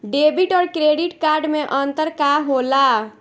Debit और credit card मे अंतर का होला?